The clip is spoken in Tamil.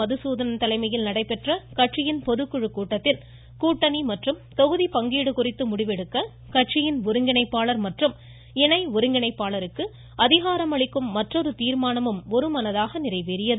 மதுசூதனன் தலைமையில் நடைபெற்ற கட்சியின் பொதுக்குழுக் கூட்டத்தில் கூட்டணி மற்றும் தொகுதி பங்கீடு குறித்து முடிவெடுக்க கட்சியின் ஒருங்கிணைப்பாளர் மற்றும் இணை ஒருங்கிணைப்பாளருக்கு அதிகாரம் அளிக்கும் மற்றொரு தீர்மானமும் ஒரு மனதாக நிறைவேறியது